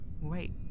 Wait